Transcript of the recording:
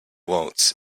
waltz